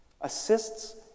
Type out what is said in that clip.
assists